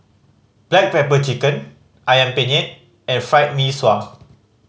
black pepper chicken Ayam Penyet and Fried Mee Sua